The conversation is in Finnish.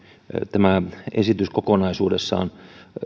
tämä esitys kokonaisuudessaan